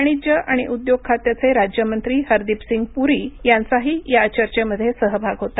वाणिज्य आणि उद्योग खात्याचे राज्यमंत्री हरदीपसिंग पुरी यांचाही या चर्चॅमध्ये सहभाग होता